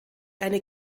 eine